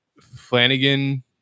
Flanagan